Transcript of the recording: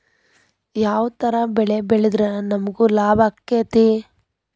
ಯಾವ ತರ ಬೆಳಿ ಬೆಳೆದ್ರ ನಮ್ಗ ಲಾಭ ಆಕ್ಕೆತಿ?